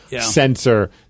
censor